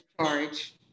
charge